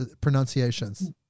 pronunciations